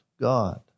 God